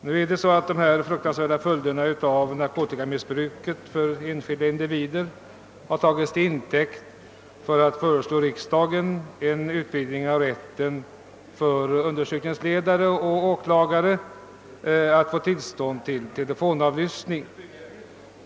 Narkotikamissbrukets fruktansvärda följder för en skilda individer har tagits till intäkt för att i riksdagen ta upp frågan om en utvidgning av rätten för undersökningsledare och åklagare att få tillstånd till telefonavlyssning.